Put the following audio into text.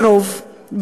לרוב,